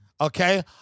okay